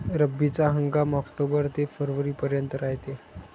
रब्बीचा हंगाम आक्टोबर ते फरवरीपर्यंत रायते